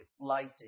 lighting